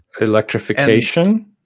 electrification